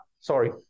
sorry